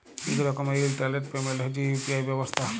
ইক রকমের ইলটারলেট পেমেল্ট হছে ইউ.পি.আই ব্যবস্থা